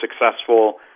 successful